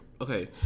okay